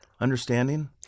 Understanding